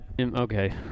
okay